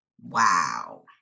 wow